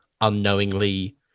unknowingly